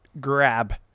grab